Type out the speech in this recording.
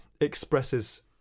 expresses